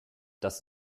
das